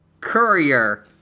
Courier